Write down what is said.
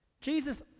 Jesus